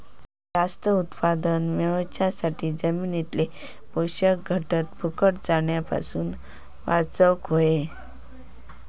जास्त उत्पादन मेळवच्यासाठी जमिनीतले पोषक घटक फुकट जाण्यापासून वाचवक होये